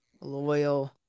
loyal